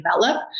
develop